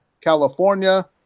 California